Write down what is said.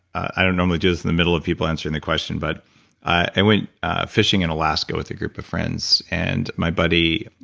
i don't normally do this in the middle of people answering the question, but i went fishing in alaska with a group of friends, and my buddy,